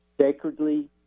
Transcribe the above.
Sacredly